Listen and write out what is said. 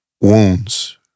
wounds